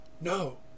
No